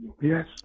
Yes